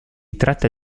tratta